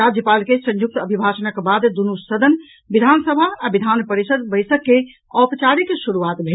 राज्यपाल के संयुक्त अभिभाषणक बाद दूनु सदन विधानसभा आ विधान परिषद् बैसक के औपचारिक शुरूआत भेल